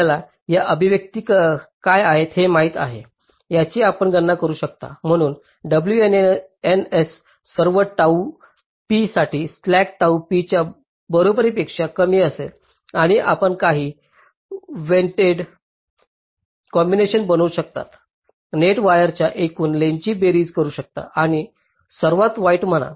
आपल्याला याची अभिव्यक्ती काय आहे हे माहित आहे ज्याची आपण गणना करू शकता म्हणून WNS सर्व ताऊ p साठी स्लॅक टाउ p च्या बरोबरीपेक्षा कमी असेल आणि आपण काही वेल्डेड कॉम्बिनेशन बनवू शकता नेट वायरच्या एकूण लेंग्थसची बेरीज करू शकता आणि सर्वात वाईट म्हणा